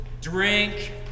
drink